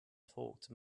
talked